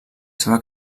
seva